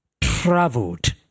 traveled